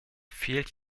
fehlt